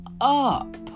up